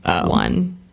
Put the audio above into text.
one